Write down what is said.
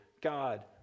God